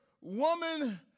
woman